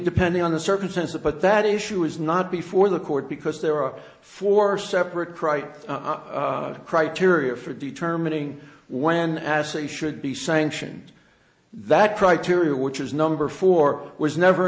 depending on the circumstances but that issue is not before the court because there are four separate upright criteria for determining when assy should be sanctioned that criteria which is number four was never